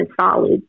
solid